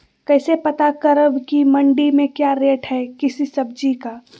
कैसे पता करब की मंडी में क्या रेट है किसी सब्जी का?